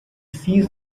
sees